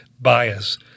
bias